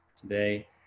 today